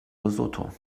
lesotho